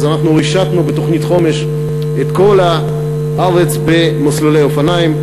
אז אנחנו רישתנו בתוכנית חומש את כל הארץ במסלולי אופניים,